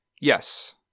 Yes